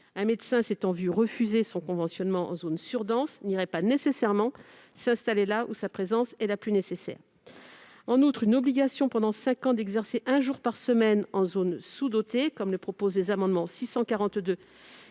un médecin s'étant vu refuser son conventionnement en zone surdense n'irait pas nécessairement s'installer là où sa présence est la plus nécessaire. En outre, l'obligation d'exercer un jour par semaine, pendant cinq ans, en zone sous-dotée, qui est proposée dans les amendements n 642